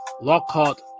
Lockhart